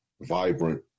vibrant